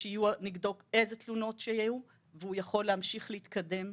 שיהיו נגדו איזה תלונות שיהיו והוא יכול להמשיך להתקדם,